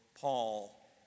Paul